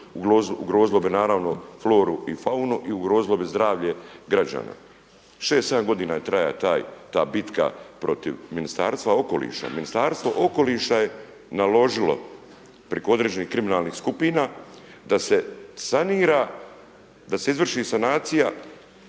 ugrozilo bi naravno floru i faunu i ugrozilo bi zdravlje građana. 6, 7 godina traje ta bitka protiv Ministarstva okoliša. Ministarstvo okoliša je naložilo preko određenih kriminalnih skupina da se sanira, da se izvrši sanacija